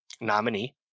nominee